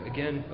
Again